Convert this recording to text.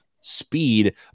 speed